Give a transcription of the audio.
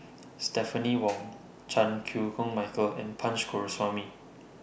Stephanie Wong Chan Chew Koon Michael and Punch Coomaraswamy